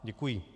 Děkuji.